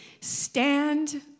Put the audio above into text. stand